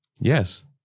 Yes